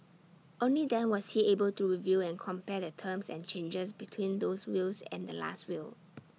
only then was he able to review and compare the terms and changes between those wills and the Last Will